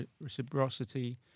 reciprocity